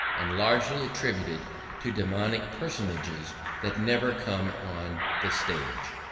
and largely attributed to daemonic personages that never come on the stage.